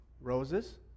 roses